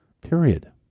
period